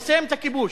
לסיים את הכיבוש.